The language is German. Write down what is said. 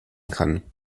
kann